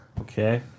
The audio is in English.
Okay